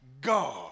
God